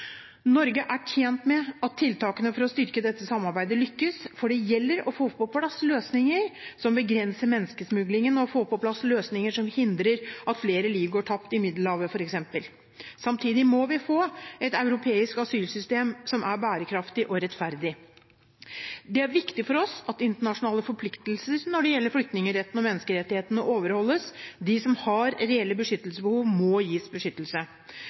Norge er tjent med at tiltakene for å styrke dette samarbeidet lykkes, for det gjelder å få på plass løsninger som begrenser menneskesmuglingen, og å få på plass løsninger som f.eks. hindrer at flere liv går tapt i Middelhavet. Samtidig må vi få et europeisk asylsystem som er bærekraftig og rettferdig. Det er viktig for oss at internasjonale forpliktelser når det gjelder flyktningretten og menneskerettighetene, overholdes. De som har reelle beskyttelsesbehov, må gis beskyttelse.